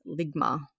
Ligma